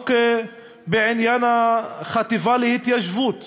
החוק בעניין החטיבה להתיישבות,